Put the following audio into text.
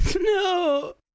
No